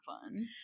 fun